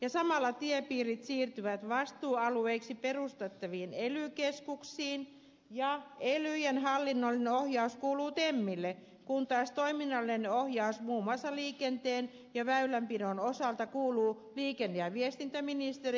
samalla tiepiirit siirtyvät vastuualueiksi perustettaviin ely keskuksiin ja elyjen hallinnollinen ohjaus kuuluu temmille kun taas toiminnallinen ohjaus muun muassa liikenteen ja väylänpidon osalta kuuluu liikenne ja viestintäministeriölle